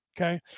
okay